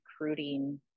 recruiting